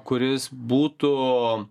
kuris būtų